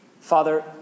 Father